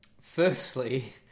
Firstly